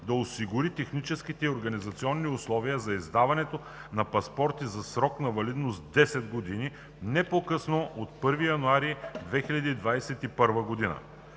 да осигури техническите и организационни условия за издаването на паспорти със срок на валидност 10 години, не по късно от 1 януари 2021 г.